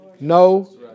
No